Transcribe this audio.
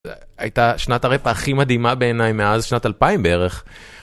הייתה שנת הראפ הכי מדהימה בעיניי מאז שנת 2000 בערך.